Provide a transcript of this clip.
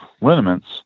liniments